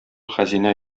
хәзинә